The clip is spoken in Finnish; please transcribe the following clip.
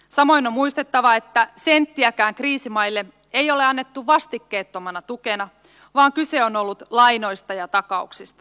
samoin on muistettava että senttiäkään kriisimaille ei ole annettu vastikkeettomana tukena vaan kyse on ollut lainoista ja takauksista